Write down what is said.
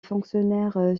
fonctionnaire